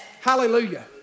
Hallelujah